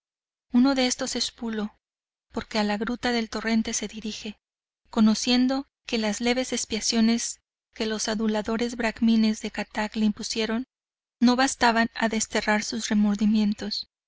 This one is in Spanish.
uno de estos es pulo porque a la gruta del torrente se dirige conociendo que las leves expiaciones que los aduladores bracmines de kattak le impusieron no bastaban a desterrar sus remordimientos